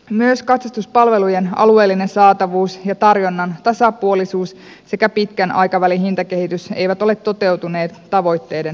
myös katsastuspalvelujen alueellinen saatavuus ja tarjonnan tasapuolisuus sekä pitkän aikavälin hintakehitys eivät ole toteutuneet tavoitteiden mukaisesti